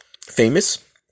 famous